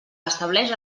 estableix